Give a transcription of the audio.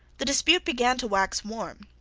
the dispute began to wax warm,